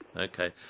Okay